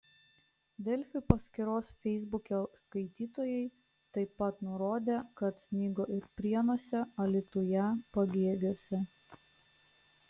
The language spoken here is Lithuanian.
delfi paskyros feisbuke skaitytojai taip pat nurodė kad snigo ir prienuose alytuje pagėgiuose